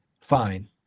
fine